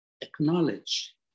acknowledge